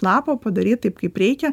lapo padaryt taip kaip reikia